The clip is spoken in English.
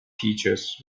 teachers